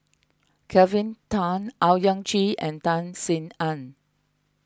Kelvin Tan Owyang Chi and Tan Sin Aun